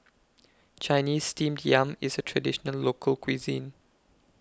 Chinese Steamed Yam IS A Traditional Local Cuisine